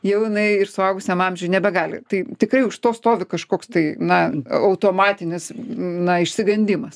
jau jinai ir suaugusiam amžiuj nebegali tai tikrai už to stovi kažkoks tai na automatinis na išsigandimas